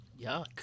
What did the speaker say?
Yuck